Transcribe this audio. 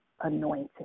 anointed